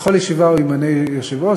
לכל ישיבה הוא ימנה יושב-ראש,